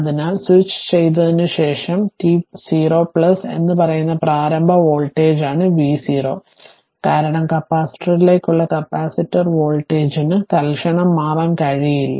അതിനാൽ സ്വിച്ച് ചെയ്തതിനുശേഷം t 0 എന്ന് പറയുന്ന പ്രാരംഭ വോൾട്ടേജാണ് v0 കാരണം കപ്പാസിറ്ററിലേക്കുള്ള കപ്പാസിറ്റർ വോൾട്ടേജിന് തൽക്ഷണം മാറാൻ കഴിയില്ല